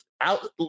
out